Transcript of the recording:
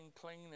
clean